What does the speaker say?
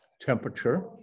temperature